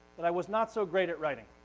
that i was not so great at writing.